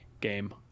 game